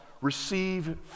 receive